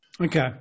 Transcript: Okay